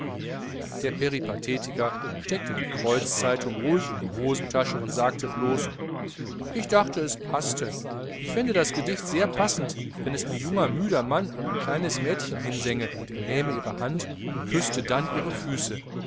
der peripathetiker steckte die kreuzzeitung ruhig in die hosentasche und sagte blos ich dachte es paßte ich fände das gedicht sehr passend wenn es ein junger müder mann an ein kleines mädchen hinsänge und er nähme ihre hand und küßte ihr dann die füße